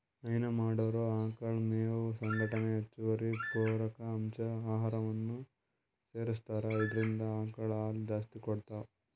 ಹೈನಾ ಮಾಡೊರ್ ಆಕಳ್ ಮೇವ್ ಸಂಗಟ್ ಹೆಚ್ಚುವರಿ ಪೂರಕ ಅಂಶ್ ಆಹಾರನೂ ಸೆರಸ್ತಾರ್ ಇದ್ರಿಂದ್ ಆಕಳ್ ಹಾಲ್ ಜಾಸ್ತಿ ಕೊಡ್ತಾವ್